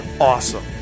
awesome